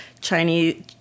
Chinese